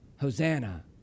Hosanna